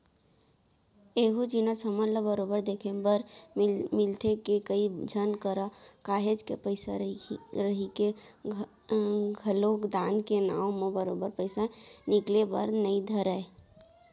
एहूँ जिनिस हमन ल बरोबर देखे बर मिलथे के, कई झन करा काहेच के पइसा रहिके घलोक दान के नांव म बरोबर पइसा निकले बर नइ धरय